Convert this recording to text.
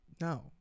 No